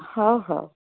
ହଉ ହଉ